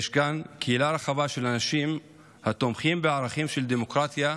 יש כאן קהילה רחבה של אנשים התומכים בערכים של דמוקרטיה,